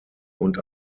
und